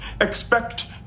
expect